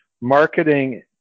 marketing